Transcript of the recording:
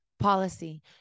policy